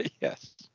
Yes